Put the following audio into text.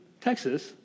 Texas